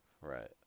right